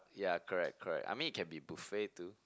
ya correct correct I mean it can be buffet too